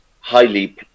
highly